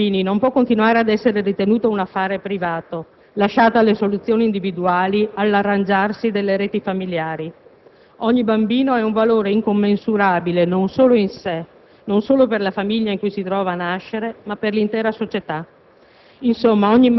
La cura dei bambini non può continuare ad essere ritenuta un affare privato, lasciata alle soluzioni individuali, all'arrangiarsi delle reti familiari. Ogni bambino rappresenta un valore incommensurabile non solo in sé, non solo per la famiglia in cui si trova a nascere, ma per l'intera società.